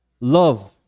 Love